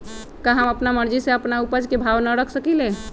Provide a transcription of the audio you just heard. का हम अपना मर्जी से अपना उपज के भाव न रख सकींले?